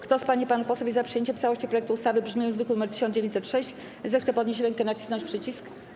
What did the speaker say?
Kto z pań i panów posłów jest za przyjęciem w całości projektu ustawy w brzmieniu z druku nr 1906, zechce podnieść rękę i nacisnąć przycisk.